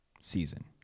season